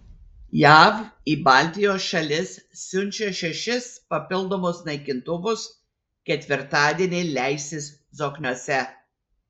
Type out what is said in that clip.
jav į baltijos šalis siunčia šešis papildomus naikintuvus ketvirtadienį leisis zokniuose